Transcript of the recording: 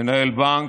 מנהל בנק,